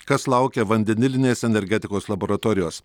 kas laukia vandenilinės energetikos laboratorijos